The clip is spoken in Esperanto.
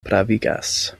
pravigas